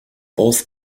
both